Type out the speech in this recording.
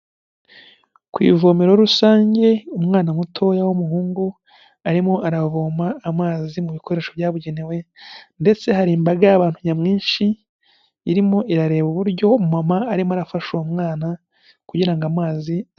Ku ivomero rusange, umwana mutoya w'umuhungu arimo aravoma amazi mu bikoresho byabugenewe ndetse hari imbaga y'abantu nyamwinshi, irimo irareba uburyo umumama arimo arafashe uwo mwana, kugira ngo amazi...